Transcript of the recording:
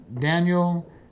Daniel